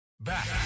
back